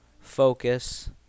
focus